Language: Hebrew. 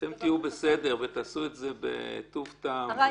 אתם תהיו בסדר ותעשו את זה בטוב טעם.